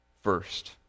first